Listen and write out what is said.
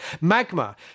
Magma